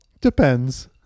Depends